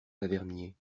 lavernié